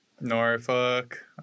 Norfolk